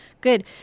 good